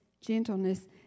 gentleness